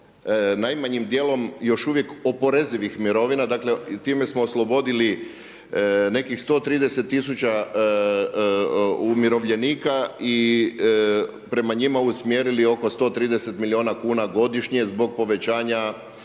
najmanjim dijelom još uvijek oporezivih mirovina. Dakle time smo oslobodili nekih 130 tisuća umirovljenika i prema njima usmjerili oko 130 milijuna kuna godišnje zbog povećanja